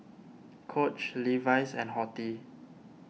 Coach Levi's and Horti